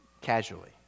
casually